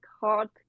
hard